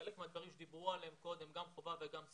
וחלק מהדברים שדיברו עליהם קודם גם חובב וגם סרג',